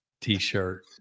t-shirt